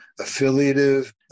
affiliative